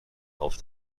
auf